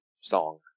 song